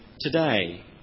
today